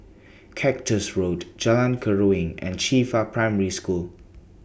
Cactus Road Jalan Keruing and Qifa Primary School